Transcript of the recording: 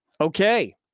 okay